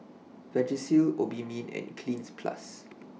Vagisil Obimin and Cleanz Plus